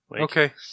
Okay